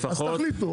אז תחליטו,